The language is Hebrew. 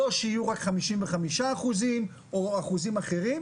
לא שיהיו רק 55% או אחוזים אחרים,